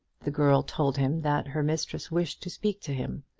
the girl told him that her mistress wished to speak to him,